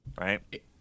Right